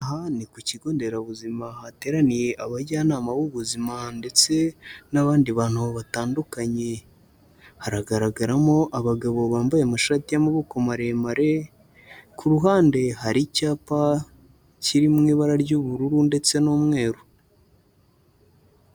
Aha ni ku kigo nderabuzima hateraniye abajyanama b'ubuzima ndetse n'abandi bantu batandukanye, haragaragaramo abagabo bambaye amashati y'amaboko maremare, ku ruhande hari icyapa kiri mu ibara ry'ubururu ndetse n'umweru.